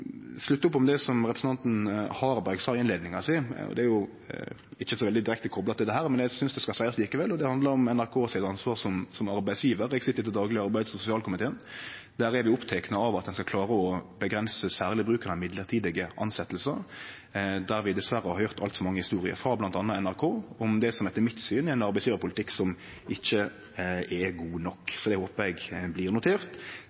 slutte opp om det som representanten Harberg sa i innleiinga si. Det er ikkje så veldig direkte kopla til dette, men eg synest det skal seiast likevel, og det handlar om NRK sitt ansvar som arbeidsgjevar. Eg sit til dagleg i arbeids- og sosialkomiteen. Der er vi opptekne av at ein skal klare å avgrense bruken av mellombelse tilsetjingar, og vi har dessverre høyrt altfor mange historier frå bl.a. NRK om det som etter mitt syn er ein arbeidsgjevarpolitikk som ikkje er god nok. Det håper eg blir notert.